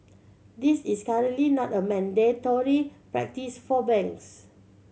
this is currently not a mandatory practice for banks